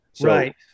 right